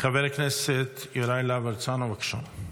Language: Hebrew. חבר הכנסת יוראי להב הרצנו, בבקשה.